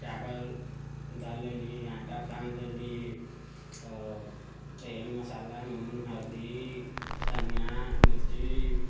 चावल दालि लेलीह आँटा सानि लेलीह आओर तेल मसाला नून हरदी धनिया मिर्ची